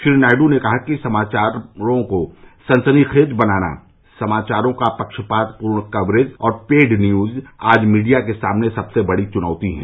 श्री नायडू ने कहा कि समाचारों को सनसनी खेज बनाना समाचारों का पक्षपात पूर्ण कवरेज और पेड न्यूज आज मीडिया के सामने सबसे बड़ी चुनौती है